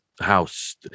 house